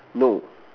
no